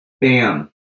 Bam